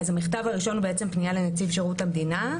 המכתב הראשון הוא בעצם פנייה לנציב שירות המדינה,